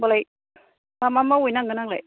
होनबालाय मा मा मावहै नांगोन आंलाय